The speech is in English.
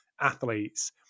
athletes